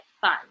fun